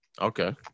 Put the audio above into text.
Okay